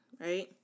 right